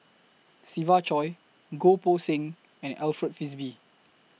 Siva Choy Goh Poh Seng and Alfred Frisby